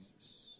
Jesus